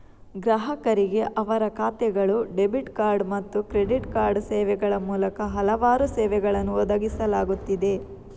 ಗ್ರಾಹಕರಿಗೆ ಅವರ ಖಾತೆಗಳು, ಡೆಬಿಟ್ ಕಾರ್ಡ್ ಮತ್ತು ಕ್ರೆಡಿಟ್ ಕಾರ್ಡ್ ಸೇವೆಗಳ ಮೂಲಕ ಹಲವಾರು ಸೇವೆಗಳನ್ನು ಒದಗಿಸಲಾಗುತ್ತಿದೆ